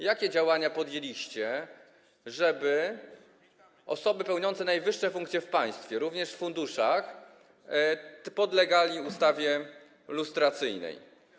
Jakie działania podjęliście, żeby osoby pełniące najwyższe funkcje w państwie, również w funduszach, podlegały ustawie lustracyjnej?